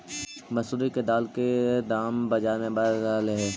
मसूरी के दाल के दाम बजार में बढ़ रहलई हे